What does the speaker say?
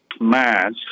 mass –